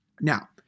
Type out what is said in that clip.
Now